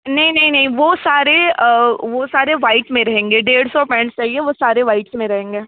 नहीं नहीं नहीं वो सारे वो सारे व्हाइट में रहेंगे डेढ़ सौ पैंट्स चाहिए वो सारे व्हाइट में रहेंगे